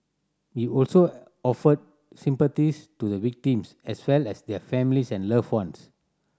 he also offered sympathies to the victims as well as their families and loved ones